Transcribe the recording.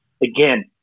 again